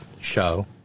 show